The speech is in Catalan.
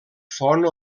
font